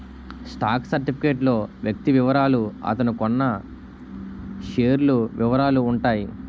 stock certificate లో వ్యక్తి వివరాలు అతను కొన్నకొన్న షేర్ల వివరాలు ఉంటాయి